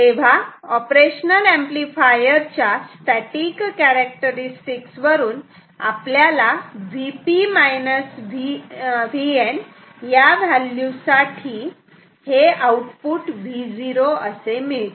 तेव्हा operational amplifier च्या static characteristics वरून आपल्याला Vp Vn या व्हॅल्यू साठी हे आउटपुट Vo असे मिळते